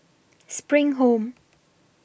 SPRING Home